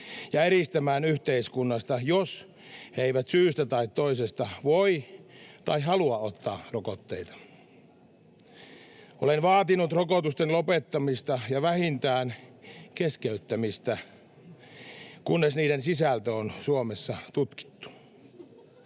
ja eristämään yhteiskunnasta, jos he eivät syystä tai toisesta voi tai halua ottaa rokotteita. Olen vaatinut rokotusten lopettamista ja vähintään keskeyttämistä, kunnes niiden sisältö on Suomessa tutkittu.